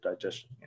digestion